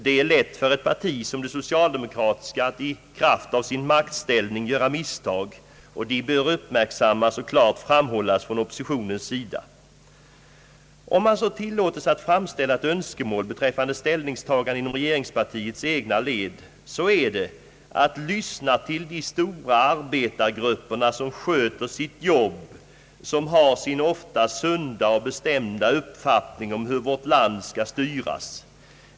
Det är lätt för ett parti som det socialdemokratiska att i kraft av sin maktställning göra misstag, och dessa bör uppmärksammas och klart framhållas från oppositionens sida. Om man tillåtes att framställa ett önskemål beträffande ställningstagandet inom regeringspartiets egna led, så är det att de bör lyssna till de stora arbetargrupperna som sköter sitt jobb och som har sin ofta sunda och bestämda uppfattning om hur vårt land skall styras.